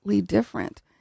different